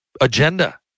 agenda